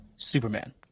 Superman